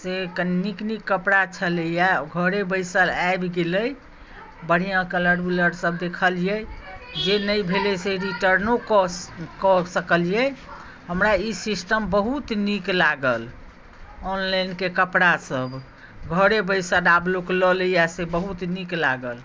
से कनी नीक नीक कपड़ा छलैए घरे बैसल आबि गेलै बढ़िआँ कलर वलर सभ देखलियै जे नहि भेलै से रिटर्नों कऽ कऽ सकलियै हमरा ई सिस्टम बहुत नीक लागल ऑनलाइनके कपड़ासभ घरे बैसल आब लोक लए लैए से बहुत नीक लागल